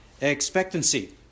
expectancy